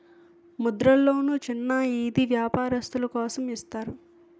ముద్ర లోన్లు చిన్న ఈది వ్యాపారస్తులు కోసం ఇస్తారు